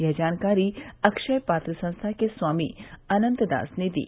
यह जानकारी अक्षयपात्र संस्था के स्वामी अनन्तदास ने दी